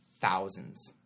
thousands